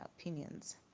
opinions